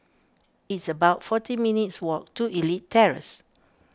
it's about forty minutes' walk to Elite Terrace